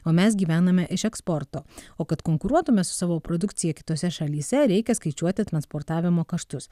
o mes gyvename iš eksporto o kad konkuruotume su savo produkcija kitose šalyse reikia skaičiuoti transportavimo kaštus